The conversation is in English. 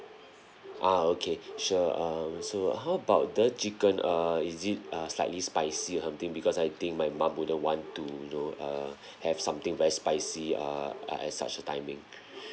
ah okay sure um so how about the chicken err is it uh slightly spicy or something because I think my mum wouldn't want to you know uh have something very spicy err uh at such a timing